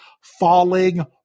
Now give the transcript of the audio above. falling